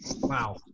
Wow